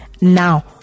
now